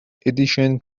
edition